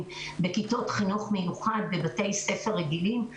בכיתות חינוך מיוחד בבתי ספר רגילים.